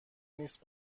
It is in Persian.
نیست